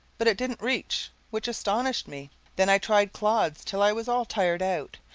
but it didn't reach, which astonished me then i tried clods till i was all tired out,